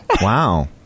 wow